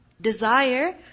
Desire